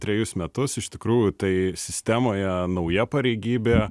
trejus metus iš tikrųjų tai sistemoje nauja pareigybė